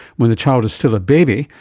when the child is still a baby,